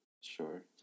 Sure